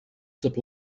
zip